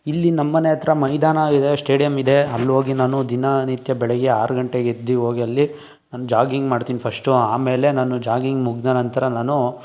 ಇಲ್ಲಿ ನಮ್ಮ ಮನೆ ಹತ್ರ ಮೈದಾನ ಇದೆ ಶ್ಟೇಡಿಯಂ ಇದೆ ಅಲ್ಲೋಗಿ ನಾನು ದಿನನಿತ್ಯ ಬೆಳಿಗ್ಗೆ ಆರು ಗಂಟೆಗೆ ಎದ್ದು ಹೋಗಿ ಅಲ್ಲಿ ಜಾಗಿಂಗ್ ಮಾಡ್ತೀನಿ ಫಶ್ಟು ಆಮೇಲೆ ನಾನು ಜಾಗಿಂಗ್ ಮುಗಿದ ನಂತರ ನಾನು